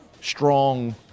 Strong